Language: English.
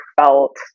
felt